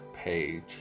page